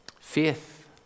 Faith